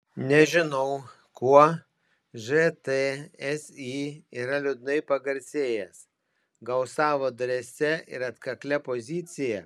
nežinau kuo žtsi yra liūdnai pagarsėjęs gal savo drąsia ir atkaklia pozicija